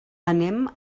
anem